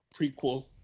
prequel